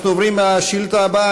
אנחנו עוברים לשאילתה הבאה.